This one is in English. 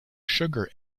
sugar